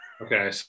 okay